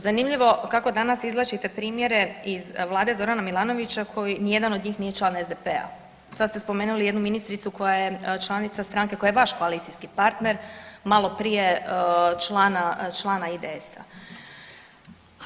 Zanimljivo kako danas izvlačite primjere iz Vlade Zorana Milanovića koji ni jedan od njih nije član SDP-a, sad ste spomenuli jednu ministricu koja je članica stranke koja je vaš koalicijski partner, malo prije člana IDS-a.